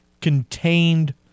contained